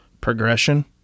progression